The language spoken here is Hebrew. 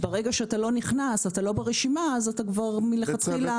ברגע שאתה לא ברשימה אתה אבוד מלכתחילה.